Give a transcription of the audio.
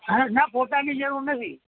ના ના ફોટાની જરૂર નથી